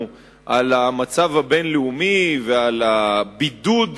על המצב הבין-לאומי ועל הבידוד לכאורה,